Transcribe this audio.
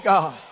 God